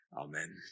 Amen